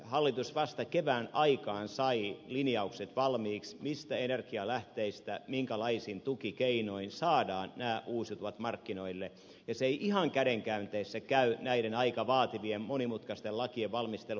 hallitus vasta kevään aikaan sai linjaukset valmiiksi mistä energialähteistä minkälaisin tukikeinoin saadaan nämä uusiutuvat markkinoille jos ei ihan käden käänteessä ja näiden aika vaativien monimutkaisten lakien valmistelu ei ihan käden käänteessä käy